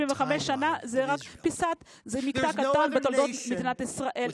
75 שנה זה מקטע קטן בתולדות מדינת ישראל.